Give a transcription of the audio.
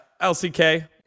LCK